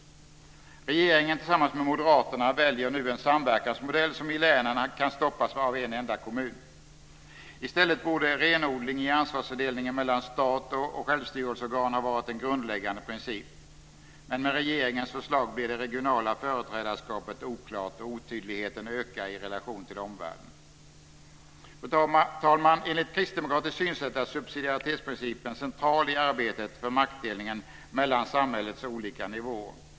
Regeringen tillsammans med moderaterna väljer nu en samverkansmodell som i länen kan stoppas av en enda kommun. I stället borde renodling i ansvarsfördelningen mellan stat och självstyrelseorgan ha varit en grundläggande princip. Men med regeringens förslag blir det regionala företrädarskapet oklart, och otydligheten ökar i relation till omvärlden. Fru talman! Enligt kristdemokratiskt synsätt är subsidiaritetsprincipen central i arbetet för maktdelningen mellan samhällets olika nivåer.